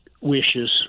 wishes